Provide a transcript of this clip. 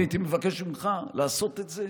אני הייתי מבקש ממך לעשות את זה.